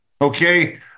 Okay